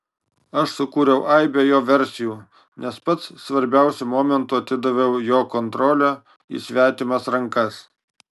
aš sukūriau aibę jo versijų nes pats svarbiausiu momentu atidaviau jo kontrolę į svetimas rankas